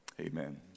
amen